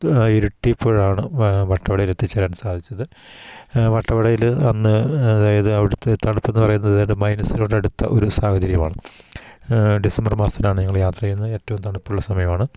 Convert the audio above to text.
ഇരുട്ടിയപ്പോഴാണ് വട്ടവടയിൽ എത്തിച്ചേരാൻ സാധിച്ചത് വട്ടവടയിൽ അന്ന് അതായത് അവിടുത്തെ തണുപ്പെന്ന് പറയുന്നത് ഏതാണ്ട് മൈനസിനോടടുത്ത ഒരു സാഹചര്യമാണ് ഡിസംബർ മാസത്തിലാണ് ഞങ്ങൾ യാത്ര ചെയ്യുന്നത് ഏറ്റവും തണുപ്പുള്ള സമയമാണ്